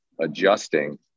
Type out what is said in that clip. adjusting